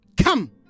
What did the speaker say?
Come